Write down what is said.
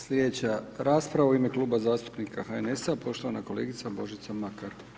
Sljedeća rasprava u ime Kluba zastupnika HNS-a, poštovana kolegica Božica Makar.